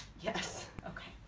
yes okay